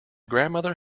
grandmother